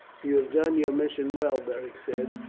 you have done your mission well, beric said.